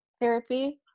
therapy